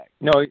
No